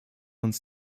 uns